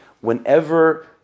Whenever